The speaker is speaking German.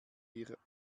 ihr